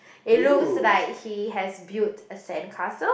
it looks like he has built a sand castle